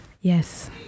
Yes